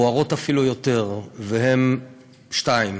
בוערות אפילו, יותר, והן שתיים: